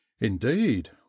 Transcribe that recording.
indeed